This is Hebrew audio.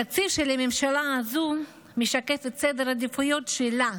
התקציב של הממשלה הזו משקף את סדר העדיפויות שלה,